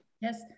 Yes